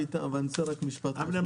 אני רוצה רק משפט אחד.